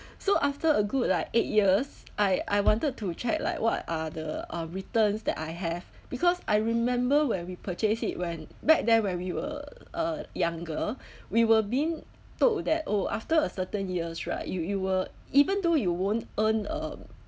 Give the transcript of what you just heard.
so after a good like eight years I I wanted to check like what are the uh returns that I have because I remember where we purchase it when back then when we were uh younger we were been told that oh after a certain years right you you were even though you won't earn um